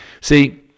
See